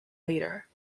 leader